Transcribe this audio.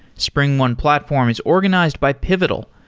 springone platform is organized by pivotal,